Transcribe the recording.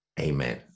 Amen